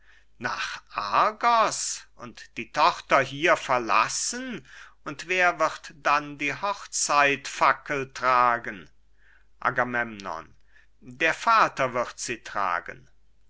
nach argos und die tochter hier verlassen und wer wird dann die hochzeitfackel tragen agamemnon der vater wird sie tragen